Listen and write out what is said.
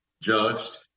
judged